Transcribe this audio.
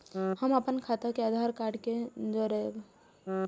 हम अपन खाता के आधार कार्ड के जोरैब?